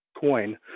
coin